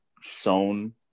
shown